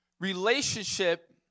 relationship